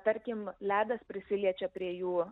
tarkim ledas prisiliečia prie jų